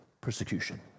persecution